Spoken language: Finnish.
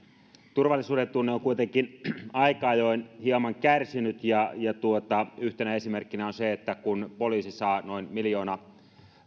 turvallisuudentunne on kuitenkin aika ajoin hieman kärsinyt ja yhtenä esimerkkinä on se että kun poliisi saa noin miljoona